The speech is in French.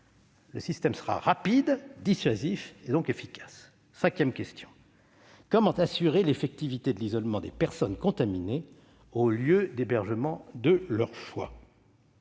Le système sera rapide, dissuasif et donc efficace. Cinquième question : comment assurer l'effectivité de l'isolement des personnes contaminées au lieu d'hébergement de leur choix ?